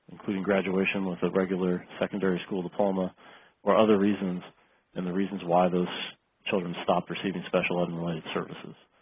including graduation with ah regular secondary school diploma or other reasons and the reasons why those children stopped receiving special education and and like services.